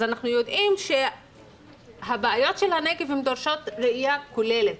אז אנחנו יודעים שהבעיות של הנגב דורשות ראיה כוללת